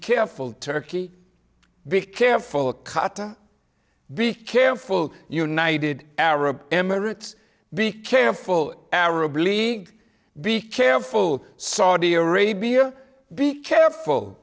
careful turkey big careful cutter be careful united arab emirates be careful arab league be careful saudi arabia be careful